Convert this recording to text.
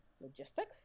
logistics